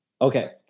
Okay